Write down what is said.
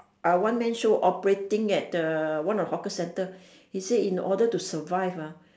ah one man show operating at the one of the hawker center he say in order to survive ah